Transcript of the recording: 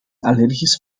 allergisch